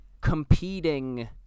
competing